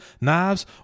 knives